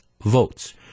votes